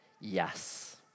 Yes